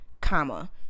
comma